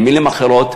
במילים אחרות,